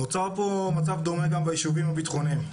נוצר פה מצב דומה גם ביישובים הביטחוניים.